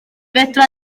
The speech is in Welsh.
fedra